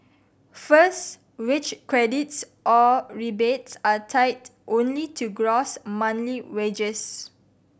first wage credits or rebates are tied only to gross monthly wages